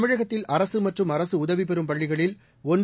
தமிழகத்தில் அரசு மற்றும் அரசு உதவிபெறும் பள்ளிகளில் ஒன்று